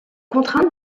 contrainte